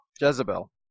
Jezebel